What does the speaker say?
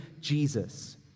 Jesus